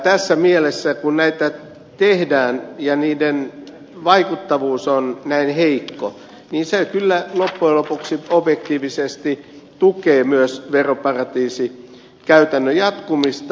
tässä mielessä kun näitä tehdään ja niiden vaikuttavuus on näin heikko se kyllä loppujen lopuksi objektiivisesti tukee myös veroparatiisikäytännön jatkumista